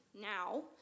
now